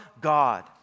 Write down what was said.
God